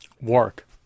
work